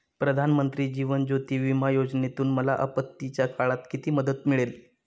प्रधानमंत्री जीवन ज्योती विमा योजनेतून मला आपत्तीच्या काळात किती मदत मिळेल?